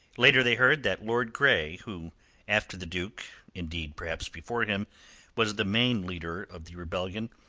later they heard that lord grey, who after the duke indeed, perhaps, before him was the main leader of the rebellion,